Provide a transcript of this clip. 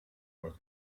was